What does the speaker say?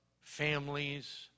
families